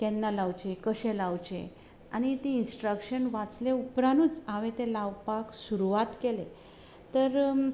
केन्ना लावचें कशें लावचें आनी ती इंस्ट्रक्शन वाचलें उपरानूच हांवें तें लावपाक सुरवात केले तर